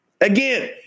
again